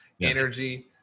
energy